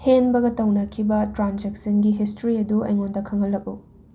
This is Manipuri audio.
ꯍꯦꯟꯕꯒ ꯇꯧꯅꯈꯤꯕ ꯇ꯭ꯔꯥꯟꯁꯦꯛꯁꯟꯒꯤ ꯍꯤꯁꯇ꯭ꯔꯤ ꯑꯗꯨ ꯑꯩꯉꯣꯟꯗ ꯈꯪꯍꯜꯂꯛꯎ